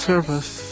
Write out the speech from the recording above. Service